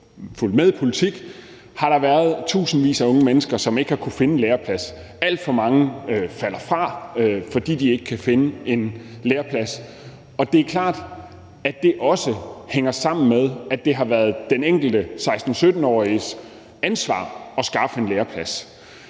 fulgt med i politik – har der været tusindvis af unge mennesker, som ikke har kunnet finde en læreplads. Alt for mange falder fra, fordi de ikke kan finde en læreplads. Og det er klart, at det også hænger sammen med, at det har været den enkelte 16-17-åriges ansvar at skaffe en læreplads.